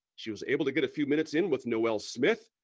she was able to get a few minutes in with noel smith,